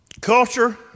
Culture